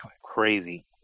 crazy